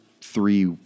three